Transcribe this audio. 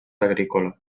agrícola